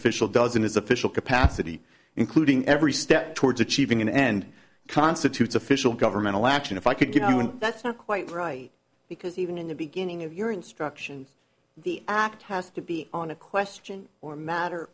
official doesn't his official capacity including every step towards achieving an end constitutes official governmental action if i could give you one that's not quite right because even in the beginning of your instructions the act has to be on a question or a matter